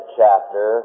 chapter